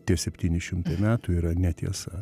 tie septyni šimtai metų yra netiesa